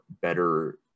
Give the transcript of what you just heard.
better